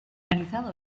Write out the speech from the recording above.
finalizado